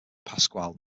pasquale